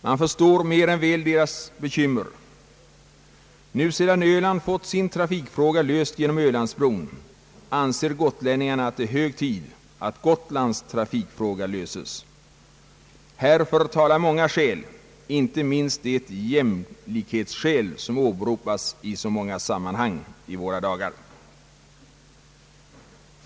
Man förstår mer än väl deras bekymmer. Nu sedan Öland har fått sin trafikfråga löst genom Ölandsbron anser gotlänningarna att det är hög tid att Gotlands trafikfråga löses. Härför talar många skäl, inte minst det jämlikhetsskäl som åberopas i så många sammanhang i våra dagar.